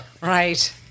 right